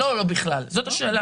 זאת השאלה.